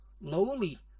lowly